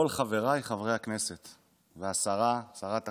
כל חבריי חברי הכנסת והשרה, שרת החינוך,